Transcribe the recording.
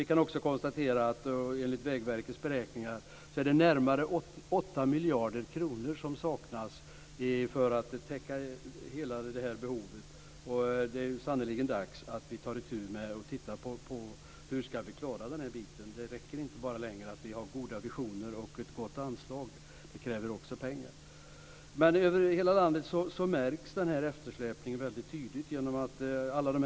Vi kan också konstatera att det enligt Vägverkets beräkningar saknas närmare 8 miljarder kronor för att täcka hela det här behovet, och det är sannerligen dags att vi tar itu med detta. Det räcker inte längre med goda visioner och ett gott anslag - det krävs också pengar. Den här eftersläpningen märks väldigt tydligt över hela landet.